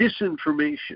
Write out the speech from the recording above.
disinformation